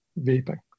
vaping